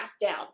down